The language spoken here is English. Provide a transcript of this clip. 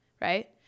Right